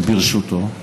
שברשותו,